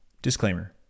Disclaimer